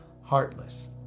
heartless